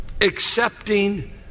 accepting